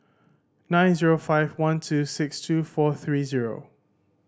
nine zero five one two six two four three zero